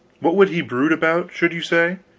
what would he brood about, should you say?